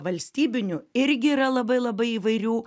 valstybinių irgi yra labai labai įvairių